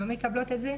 שם הן לא מקבלות את זה.